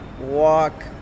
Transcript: walk